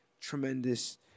tremendous